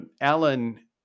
Alan